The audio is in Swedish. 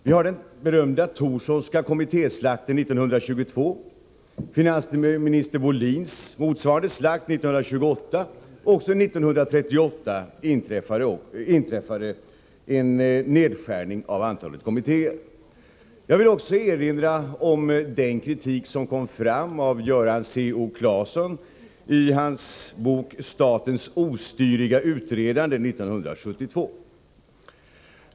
Vi har den berömda Thorssonska kommittéslakten 1922 och finansminister Wohlins motsvarande slakt 1928. Även 1938 blev det en nedskärning av antalet kommittéer. Jag vill också erinra om den kritik som kom från Göran C.O. Claesson i hans bok ”Statens ostyriga utredande” 1972.